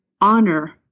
honor